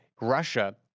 Russia